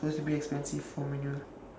so it's a bit expensive for manual